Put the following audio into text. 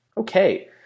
Okay